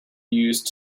used